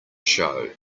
show